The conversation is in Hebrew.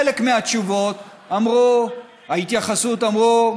חלק מהתשובות להתייחסות אמרו: